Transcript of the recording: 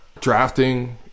drafting